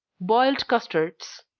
boiled custards,